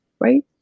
right